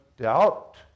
doubt